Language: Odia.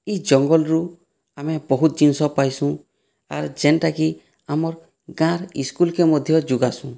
ଇ ଜଙ୍ଗଲ୍ରୁ ଆମେ ବହୁତ୍ ଜିନିଷ ପାଇସୁଁ ଆର୍ ଯେନ୍ଟାକି ଆମର୍ ଗାଁ ଇସ୍କୁଲ୍କେ ମଧ୍ୟ ଯୁଗାସୁଁ